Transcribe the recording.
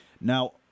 Now